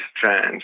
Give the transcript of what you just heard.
strange